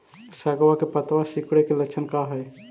सगवा के पत्तवा सिकुड़े के लक्षण का हाई?